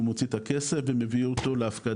הוא מוציא את הכסף ומביא אותו להפקדה,